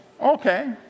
Okay